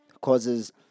causes